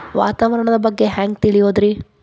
ವಾತಾವರಣದ ಬಗ್ಗೆ ಹ್ಯಾಂಗ್ ತಿಳಿಯೋದ್ರಿ?